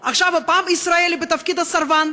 הפעם ישראל היא בתפקיד הסרבן,